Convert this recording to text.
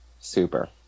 Super